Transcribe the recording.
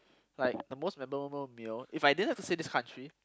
like the most memorable meal if I didn't have to say this country